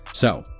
so,